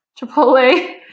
chipotle